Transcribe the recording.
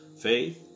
faith